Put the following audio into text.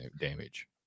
damage